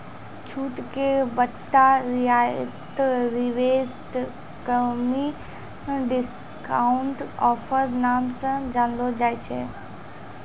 छूट के बट्टा रियायत रिबेट कमी डिस्काउंट ऑफर नाम से जानलो जाय छै